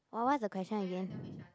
what what the question again